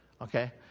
Okay